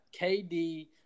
KD